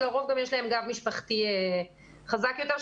שלרוב גם יש להם גב משפחתי חזק יותר,